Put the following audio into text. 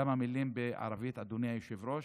כמה מילים בערבית, אדוני היושב-ראש.